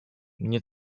nie